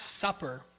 Supper